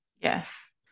Yes